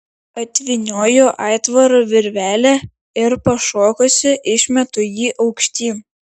atvynioju aitvaro virvelę ir pašokusi išmetu jį aukštyn